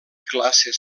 classes